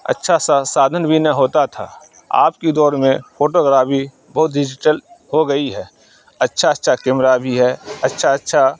اچھا سا سادھن بھی نہ ہوتا تھا آج کی دور میں فوٹوگرافی بہت ڈیجیٹل ہو گئی ہے اچھا اچھا کیمرہ بھی ہے اچھا اچھا